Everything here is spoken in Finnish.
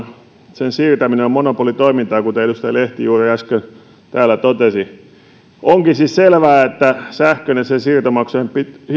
sen siirtäminen on monopolitoimintaa kuten edustaja lehti juuri äsken täällä totesi onkin siis selvää että sähkön ja sen siirtomaksujen